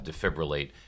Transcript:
defibrillate